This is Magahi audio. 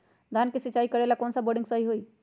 धान के सिचाई करे ला कौन सा बोर्डिंग सही होई?